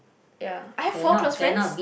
ya I have four close friends